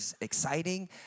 exciting